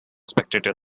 spectator